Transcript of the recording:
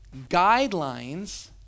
guidelines